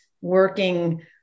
working